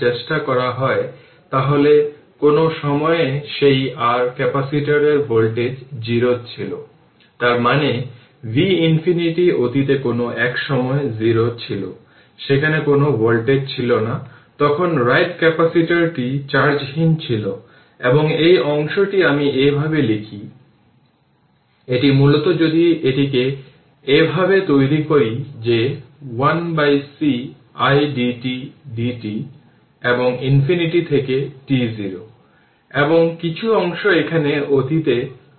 basic উদ্দেশ্য হল circuit response প্রাপ্ত করা যা হবে ন্যাচারাল রেসপন্স কারণ এটি একটি সোর্স ফ্রি সার্কিট যা ইন্ডাক্টরের মাধ্যমে কারেন্ট i t বলে ধরে নেবে